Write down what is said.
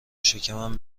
شکمم